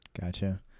gotcha